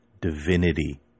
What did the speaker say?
divinity